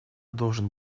должен